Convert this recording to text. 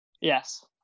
Yes